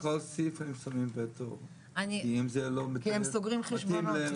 על כל סעיף הם שמים --- כי הם סוגרים חשבונות.